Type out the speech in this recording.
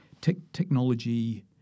Technology